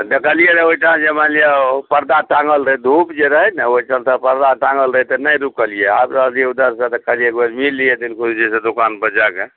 तऽ देखलियै ने ओहिठाँ जे मानि लिअ ओ परदा टाँगल रहै धूप जे रहै ने ओहिठामसँ परदा टाँगल रहै तऽ नहि रुकलियै आबि रहलियै उधरसँ तऽ देखलियै एकबेर मिल लियै दिलखुशजीसँ दुकान पर जाकऽ